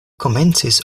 komencis